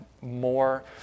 more